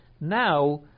Now